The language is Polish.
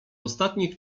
ostatnich